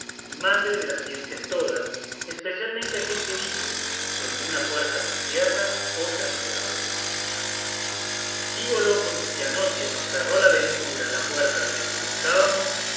madre de las ciencias todas especialmente aquel que dice donde una puerta se cierra otra se abre dígolo porque si anoche nos cerró la ventura la puerta de la que buscábamos